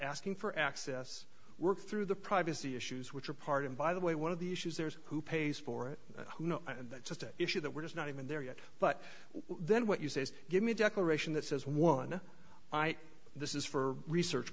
asking for access work through the privacy issues which are part and by the way one of the issues there's who pays for it you know and that's just an issue that we're just not even there yet but then what you say is give me a declaration that says one i this is for research